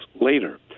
later